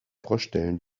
vorstellen